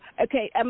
Okay